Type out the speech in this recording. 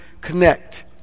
connect